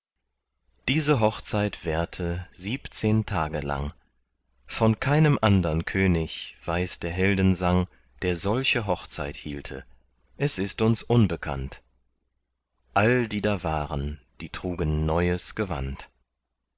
diese hochzeit währte siebzehn tage lang von keinem andern könig weiß der heldensang der solche hochzeit hielte es ist uns unbekannt all die da waren die trugen neues gewand